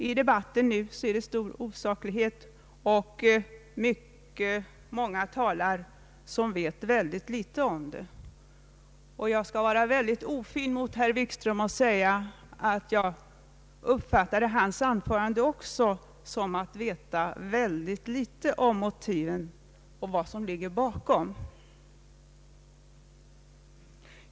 I debatten i dag förekommer stor osaklighet, och många talare som yttrar sig vet väldigt litet om denna fråga. Jag skall vara ofin mot herr Wikström och påstå att jag uppfattade hans anförande som om han visste väldigt litet om motiven till abortansökningar.